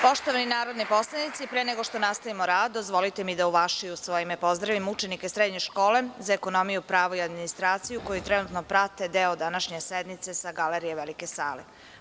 Poštovani narodni poslanici, pre nego što nastavimo rad, dozvolite mi da u vaše i u svoje ime pozdravim učenike Srednje škole za ekonomiju, pravo i administraciju, koji trenutno prate deo današnje sednice sa galerije velike sale.